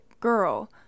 Girl